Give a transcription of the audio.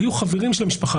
היו חברים של המשפחה,